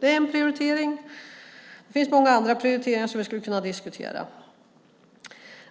Det är en prioritering. Det finns många andra prioriteringar som vi skulle kunna diskutera.